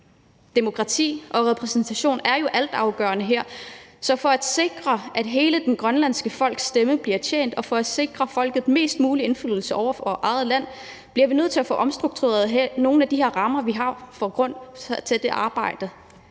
Demokrati og repræsentation er jo altafgørende her, så for at sikre, at hele det grønlandske folks stemme bliver hørt, og for at sikre folket mest mulig indflydelse på eget land, bliver vi nødt til at få omstruktureret nogle af de rammer, vi har, og som ligger